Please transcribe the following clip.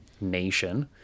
nation